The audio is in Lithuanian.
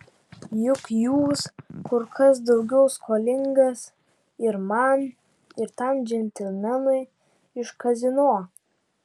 juk jūs kur kas daugiau skolingas ir man ir tam džentelmenui iš kazino